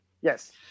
Yes